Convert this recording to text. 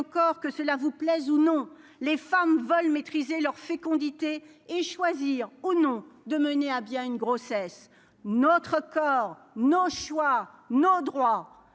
encore, que cela vous plaise ou non, les femmes veulent maîtriser leur fécondité et choisir au nom de mener à bien une grossesse notre corps nos choix, nos droits,